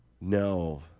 No